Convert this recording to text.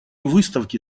выставки